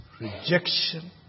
Rejection